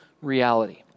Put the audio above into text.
reality